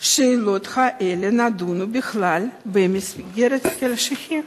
השאלות האלה נדונו בכלל במסגרת כלשהי?